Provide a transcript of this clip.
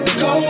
go